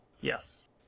Yes